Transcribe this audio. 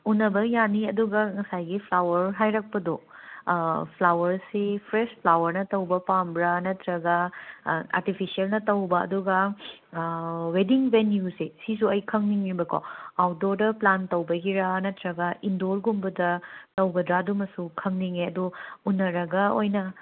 ꯎꯅꯕ ꯌꯥꯅꯤ ꯑꯗꯨꯒ ꯉꯁꯥꯏꯒꯤ ꯐ꯭ꯂꯥꯎꯋꯔ ꯍꯥꯏꯔꯛꯄꯗꯣ ꯐ꯭ꯂꯥꯎꯋꯔꯁꯤ ꯐ꯭ꯔꯦꯁ ꯐ꯭ꯂꯥꯎꯋꯔꯅ ꯇꯧꯕ ꯄꯥꯝꯕ꯭ꯔ ꯅꯠꯇ꯭ꯔꯒ ꯑꯥꯔꯇꯤꯐꯤꯁꯦꯜꯅ ꯇꯧꯕ ꯑꯗꯨꯒ ꯋꯦꯗꯤꯡ ꯕꯦꯅ꯭ꯌꯨꯁꯦ ꯁꯤꯁꯨ ꯑꯩ ꯈꯪꯅꯤꯡꯕꯉꯦꯕꯀꯣ ꯑꯥꯎꯠꯗꯣꯔꯗ ꯄ꯭ꯂꯥꯟ ꯇꯧꯕꯒꯤꯔ ꯅꯠꯇ꯭ꯔꯒ ꯏꯟꯗꯣꯔꯒꯨꯝꯕꯗ ꯇꯧꯒꯗ꯭ꯔ ꯑꯗꯨꯃꯁꯨ ꯈꯪꯅꯤꯡꯉꯦ ꯑꯗꯣ ꯎꯅꯔꯒ ꯑꯣꯏꯅ